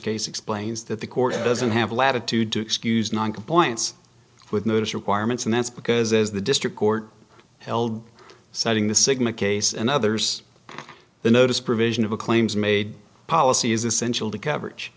case explains that the court doesn't have latitude to excuse noncompliance with notice requirements and that's because as the district court held citing the sigma case and others the notice provision of a claims made policy is essential to coverage